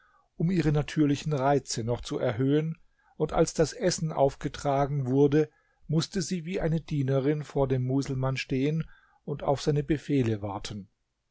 um ihre natürlichen reize noch zu erhöhen und als das essen aufgetragen wurde mußte sie wie eine dienerin vor dem muselmann stehen und auf seine befehle warten